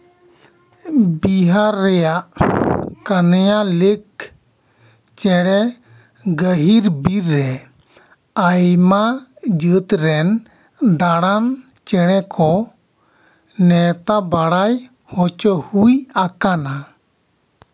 ᱵᱤᱦᱟᱨ ᱨᱮᱭᱟᱜ ᱠᱟᱱᱭᱟ ᱞᱮᱠ ᱪᱮᱬᱮ ᱜᱟᱹᱦᱤᱨ ᱵᱤᱨ ᱨᱮ ᱟᱭᱢᱟ ᱡᱟᱹᱛ ᱨᱮᱱ ᱫᱟᱲᱟᱱ ᱪᱮᱬᱮ ᱠᱚ ᱱᱮᱶᱛᱟ ᱵᱟᱲᱟᱭ ᱦᱚᱪᱚ ᱦᱩᱭ ᱟᱠᱟᱱᱟ